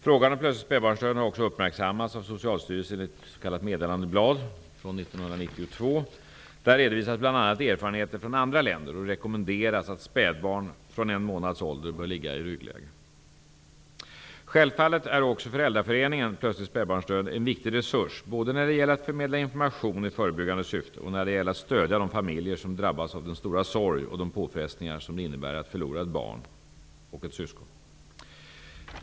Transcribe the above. Frågan om plötslig spädbarnsdöd har också uppmärksammats av Socialstyrelsen i ett s.k. meddelandeblad från 1992. Där redovisas bl.a. erfarenheter från andra länder och rekommenderas att spädbarn från en månads ålder bör ligga i ryggläge. Självfallet är också Föräldraföreningen Plötslig spädbarnsdöd en viktig resurs både när det gäller att förmedla information i förebyggande syfte och när det gäller att stödja de familjer som drabbas av den stora sorg och de påfrestningar som det innebär att förlora ett barn -- och ett syskon.